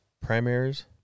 primaries